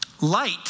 Light